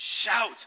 shout